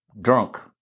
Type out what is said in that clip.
drunk